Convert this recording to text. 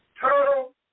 turtle